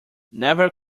never